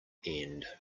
end